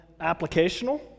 applicational